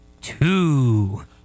two